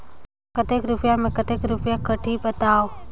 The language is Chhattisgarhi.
कतेक रुपिया मे कतेक रुपिया कटही बताव?